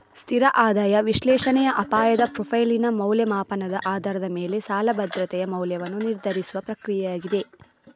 ಸ್ಥಿರ ಆದಾಯ ವಿಶ್ಲೇಷಣೆಯ ಅಪಾಯದ ಪ್ರೊಫೈಲಿನ ಮೌಲ್ಯಮಾಪನದ ಆಧಾರದ ಮೇಲೆ ಸಾಲ ಭದ್ರತೆಯ ಮೌಲ್ಯವನ್ನು ನಿರ್ಧರಿಸುವ ಪ್ರಕ್ರಿಯೆಯಾಗಿದೆ